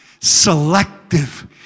selective